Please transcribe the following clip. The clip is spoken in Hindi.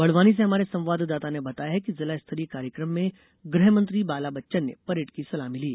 बडवानी से हमारे संवाददाता ने बताया है कि जिला स्तरीय कार्यक्रम में गृहमंत्री बाला बच्चन ने परेड की सलामी ली